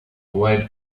avoid